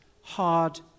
hard